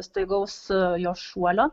staigaus jo šuolio